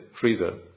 freezer